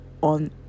on